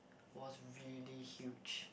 was really huge